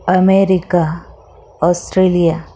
America Australia